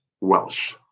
Welsh